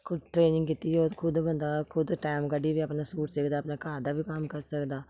खुद ट्रेनिंग कीती दी होऐ ते खुद बंदा खुद टैम कड्ढियै बी अपना सूट सिखदा अपने घर दा बी कम्म करी सकदा